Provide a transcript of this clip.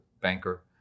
banker